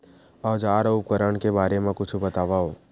औजार अउ उपकरण के बारे मा कुछु बतावव?